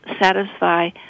satisfy